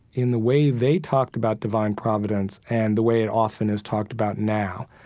in the way they talked about divine providence and the way it often is talked about now.